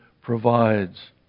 provides